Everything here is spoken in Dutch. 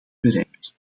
bereikt